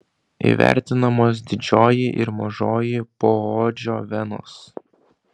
įvertinamos didžioji ir mažoji poodžio venos